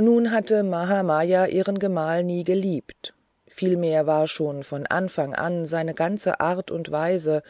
nun hatte zwar mahamaya ihren gemahl nie geliebt vielmehr war schon von anfang an seine ganze art und weise